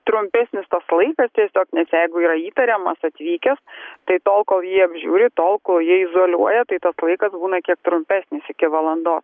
trumpesnis tas laikas tiesiog nes jeigu yra įtariamas atvykęs tai tol kol jį apžiūri tol kol jį izoliuoja tai tas laikas būna kiek trumpesnis iki valandos